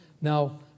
Now